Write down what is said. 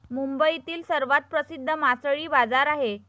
मुंबईतील सर्वात प्रसिद्ध मासळी बाजार आहे